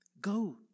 go